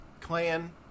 clan